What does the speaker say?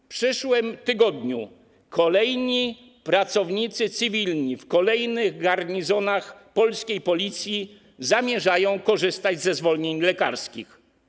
W przyszłym tygodniu kolejni pracownicy cywilni w kolejnych garnizonach polskiej Policji zamierzają korzystać ze zwolnień lekarskich.